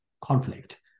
conflict